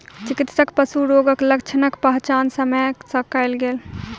चिकित्सक पशु रोगक लक्षणक पहचान समय सॅ कय सकल